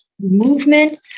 movement